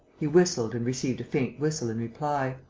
he whistled and received a faint whistle in reply.